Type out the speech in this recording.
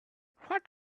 what